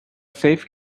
safe